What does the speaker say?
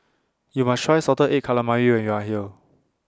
YOU must Try Salted Egg Calamari when YOU Are here